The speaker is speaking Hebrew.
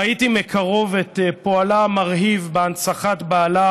ראיתי מקרוב את פועלה המרהיב בהנצחת בעלה